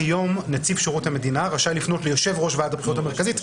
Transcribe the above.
נציב שירות המדינה רשאי לפנות כבר היום ליושב-ראש ועדת הבחירות המרכזית,